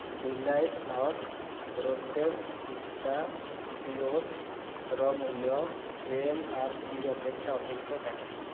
delight nuts roasted ପିସ୍ତା ଚିଓଜ୍ର ମୂଲ୍ୟ ଏମ୍ଆର୍ପି ଅପେକ୍ଷା ଅଧିକ କାହିଁକି